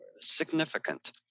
significant